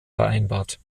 vereinbart